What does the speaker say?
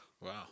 Wow